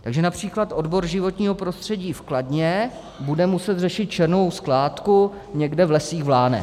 Takže například odbor životního prostředí v Kladně bude muset řešit černou skládku někde v lesích v Lánech.